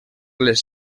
les